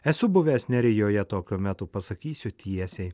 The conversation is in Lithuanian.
esu buvęs nerijoje tokiu metu pasakysiu tiesiai